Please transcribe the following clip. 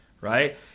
right